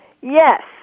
Yes